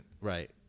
Right